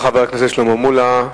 חבר הכנסת שלמה מולה,